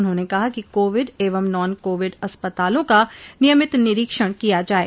उन्होंने कहा कि कोविड एवं नॉन कोविड अस्पतालों का नियमित निरीक्षण किया जाये